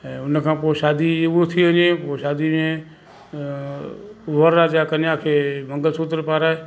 ऐं उन खां पोइ शादी उहो थी वञे पोइ शादी में वर राजा कन्या खे मंगल सूत्र पाराए